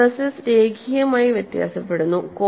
stresses രേഖീയമായി വ്യത്യാസപ്പെടുന്നു